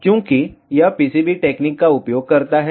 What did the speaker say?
चूंकि यह PCB technique का उपयोग करता है